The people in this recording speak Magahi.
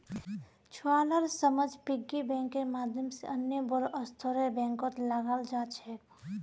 छुवालार समझ पिग्गी बैंकेर माध्यम से अन्य बोड़ो स्तरेर बैंकत लगाल जा छेक